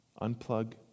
Unplug